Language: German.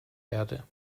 erde